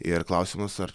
ir klausimas ar